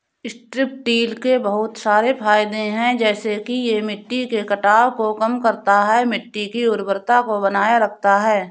strip till के बहुत सारे फायदे हैं जैसे कि यह मिट्टी के कटाव को कम करता है, मिट्टी की उर्वरता को बनाए रखता है